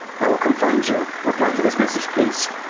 i will come find you. reply to this message, please.